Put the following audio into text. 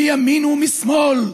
מימין ומשמאל,